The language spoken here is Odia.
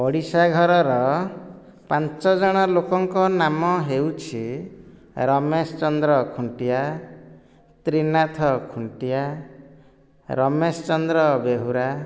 ପଡ଼ିଶା ଘରର ପାଞ୍ଚ ଜଣ ଲୋକଙ୍କ ନାମ ହେଉଛି ରମେଶ ଚନ୍ଦ୍ର ଖୁଣ୍ଟିଆ ତ୍ରିନାଥ ଖୁଣ୍ଟିଆ ରମେଶ ଚନ୍ଦ୍ର ବେହୁରା